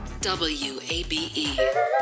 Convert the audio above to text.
WABE